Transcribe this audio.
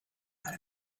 out